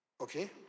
Okay